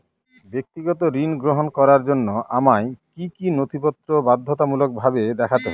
ব্যক্তিগত ঋণ গ্রহণ করার জন্য আমায় কি কী নথিপত্র বাধ্যতামূলকভাবে দেখাতে হবে?